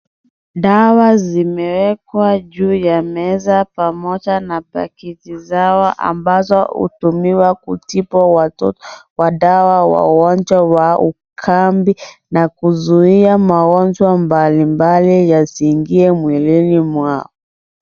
Dawa zimewekwa juu ya meza pamoja na pakiti zao ambazo hutumiwa kutibu watoto wa ugonjwa wa ukambi na kuzuia magonjwa mbalimbali yasiingie mwilini mwao.